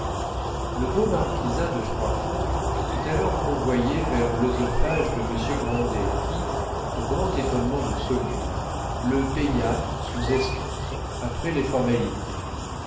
le beau marquisat de froidfond fut alors convoyé vers l'œsophage de monsieur grandet qui au grand étonnement de saumur le paya sous escompte après les formalités